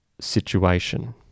situation